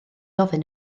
ofyn